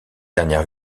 dernière